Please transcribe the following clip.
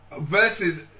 Versus